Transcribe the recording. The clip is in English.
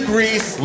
Greece